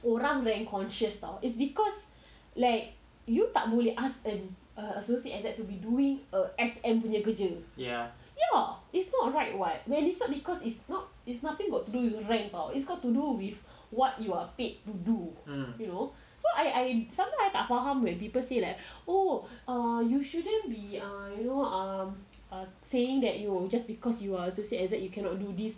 orang rank conscious [tau] is because like you tak boleh ask err a associate to be doing err S_M punya kerja ya it's not a right [what] ans it is not because it's not it's nothing about do about your rank [tau] it's got to do with what you are paid to do you know so I I sometime I tak faham when people say like oh err you shouldn't be err you um saying that you just because you are associate exec~ you cannot do this